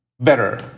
better